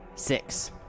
Six